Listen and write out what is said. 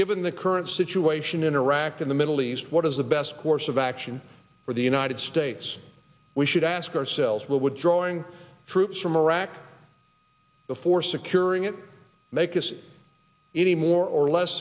given the current situation in iraq in the middle east what is the best course of action for the united states we should ask ourselves would drawing troops from iraq before securing it make us any more or less